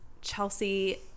Chelsea